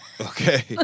Okay